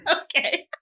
Okay